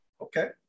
Okay